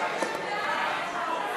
ההסתייגויות לסעיף 94, בתי-חולים